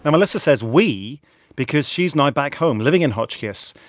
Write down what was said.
and melissa says we because she's now back home living in hotchkiss.